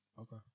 Okay